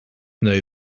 know